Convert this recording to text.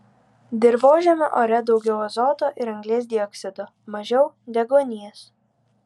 dirvožemio ore daugiau azoto ir anglies dioksido mažiau deguonies